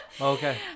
okay